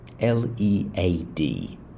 l-e-a-d